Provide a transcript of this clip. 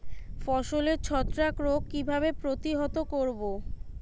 ফসলের ছত্রাক রোগ কিভাবে প্রতিহত করব?